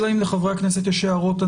אלא אם לחברי הכנסת יש הערות,